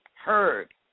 heard